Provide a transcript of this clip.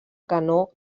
canó